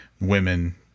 women